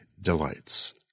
Delights